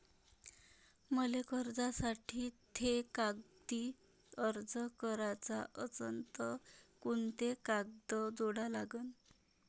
मले कर्जासाठी थे कागदी अर्ज कराचा असन तर कुंते कागद जोडा लागन?